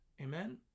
Amen